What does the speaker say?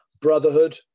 brotherhood